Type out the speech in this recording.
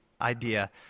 idea